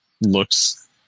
looks